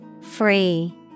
free